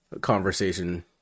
conversation